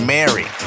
Mary